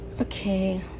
Okay